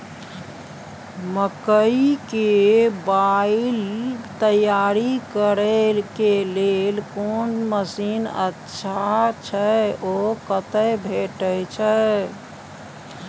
मकई के बाईल तैयारी करे के लेल कोन मसीन अच्छा छै ओ कतय भेटय छै